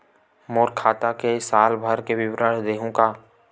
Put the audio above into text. मोर खाता के साल भर के विवरण देहू का?